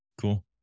cool